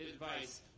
advice